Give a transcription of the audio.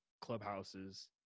clubhouses